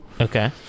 Okay